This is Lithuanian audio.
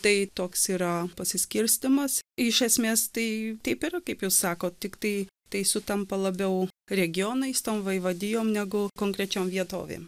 tai toks yra pasiskirstymas iš esmės tai taip yra kaip jūs sakot tiktai tai sutampa labiau regionais tom vaivadijom negu konkrečiom vietovėm